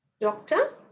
doctor